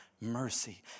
mercy